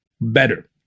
better